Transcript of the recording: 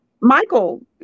Michael